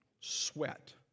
sweat